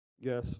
Yes